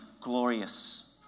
glorious